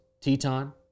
Teton